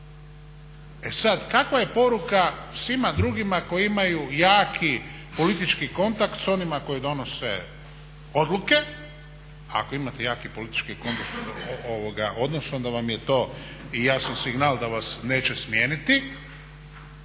E sad, kakva je poruka svima drugima koji imaju jaki politički kontakt sa onima koji donose odluke. Ako imate jaki politički kontakt, odnos onda vam je to i jasan signal da vas neće smijeniti,